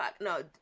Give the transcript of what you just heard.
No